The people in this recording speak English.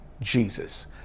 Jesus